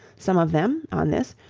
some of them, on this,